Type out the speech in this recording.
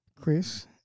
Chris